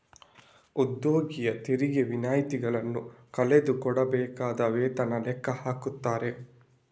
ಉದ್ಯೋಗಿಯ ತೆರಿಗೆ ವಿನಾಯಿತಿಗಳನ್ನ ಕಳೆದು ಕೊಡಬೇಕಾದ ವೇತನ ಲೆಕ್ಕ ಹಾಕ್ತಾರೆ